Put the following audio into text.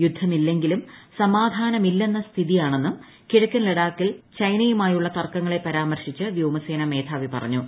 യുദ്ധമില്ലെങ്കിലും സമാധാന മില്ലെന്ന സ്ഥിതിയാണെന്നും കിഴക്കൻ ലഡാക്കിൽ ചൈനയുമായുള്ള തർക്കങ്ങളെ പരാമർശിച്ച് വ്യോമസേനാ മ്നേധാവി പറഞ്ഞു